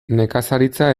nekazaritza